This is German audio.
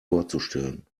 vorzustellen